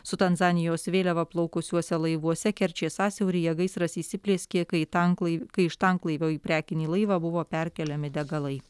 su tanzanijos vėliava plaukusiuose laivuose kerčės sąsiauryje gaisras įsiplieskė kai tanklai kai iš tanklaivio į prekinį laivą buvo perkeliami degalai